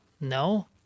No